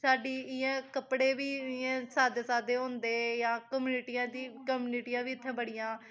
साढ़ी इ'यां कपड़े बी इ'यां सादे सादे होंदे जां कम्युनिटियां बी कम्युनिटियां बी इत्थैं बड़ियां